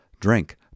Drink